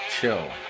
chill